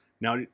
now